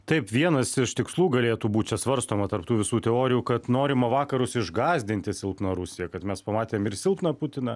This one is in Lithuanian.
taip vienas iš tikslų galėtų būt čia svarstoma tarp tų visų teorijų kad norima vakarus išgąsdinti silpna rusija kad mes pamatėm ir silpną putiną